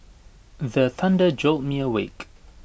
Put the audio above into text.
the thunder jolt me awake